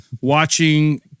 watching